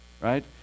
right